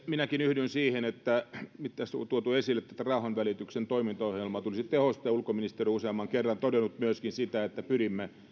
minäkin yhdyn siihen kun nyt tässä on tuotu esille että rauhanvälityksen toimintaohjelmaa tulisi tehostaa ja ulkoministeri useamman kerran on todennut myöskin sitä että pyrimme